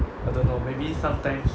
I don't know maybe sometimes